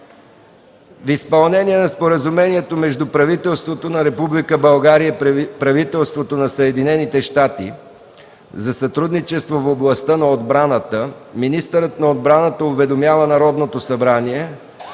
В изпълнение на Споразумението между правителството на Република България и правителството на Съединените американски щати за сътрудничество в областта на отбраната, министърът на отбраната уведомява Народното събрание,